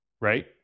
right